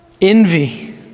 Envy